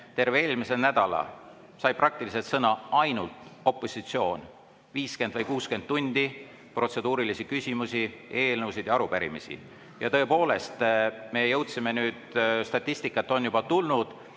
terve eelmise nädala sai praktiliselt sõna ainult opositsioon: 50 või 60 tundi protseduurilisi küsimusi, eelnõusid ja arupärimisi. Ja tõepoolest, me jõudsime nüüd [kokku võtta], statistikat on juba tulnud,